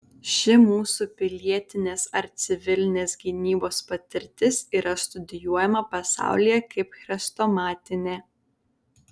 ši mūsų pilietinės ar civilinės gynybos patirtis yra studijuojama pasaulyje kaip chrestomatinė